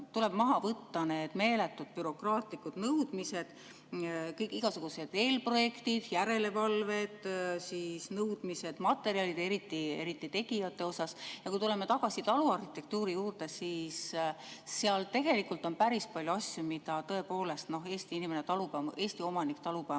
tuleb maha võtta need meeletud bürokraatlikud nõudmised, igasugused eelprojektid, järelevalved, nõudmised materjalidele, eriti tegijatele jne. Kui me tuleme tagasi taluarhitektuuri juurde, siis seal tegelikult on päris palju asju, mida tõepoolest Eesti inimene,